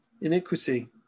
iniquity